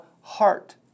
heart